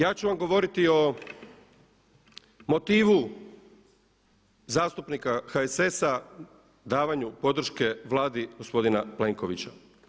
Ja ću vam govoriti o motivu zastupnika HSS-a, davanju podrške Vladi gospodina Plenkovića.